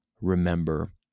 remember